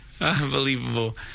Unbelievable